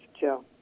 Joe